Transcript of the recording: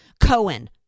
Cohen